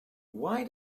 why